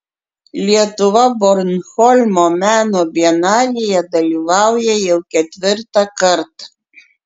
lietuva bornholmo meno bienalėje dalyvauja jau ketvirtą kartą